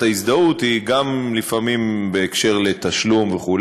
ההזדהות היא גם לפעמים בקשר לתשלום וכו',